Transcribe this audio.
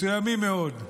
מסוימים מאוד.